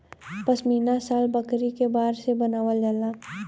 पश्मीना शाल बकरी के बार से बनावल जाला